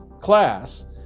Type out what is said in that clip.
class